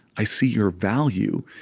i see your value.